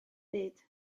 byd